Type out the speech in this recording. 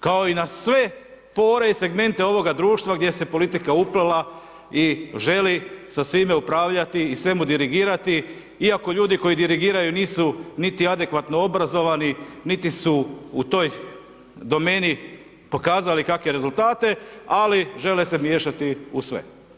kao i na sve pore i segmente ovoga društva gdje se je politika uplela i želi sa svime upravljati i svemu dirigirati, iako ljudi, koji dirigiraju nisu niti adekvatno obrazovani, niti su u toj domeni, pokazali kakve rezultate, ali žele se miješati u sve.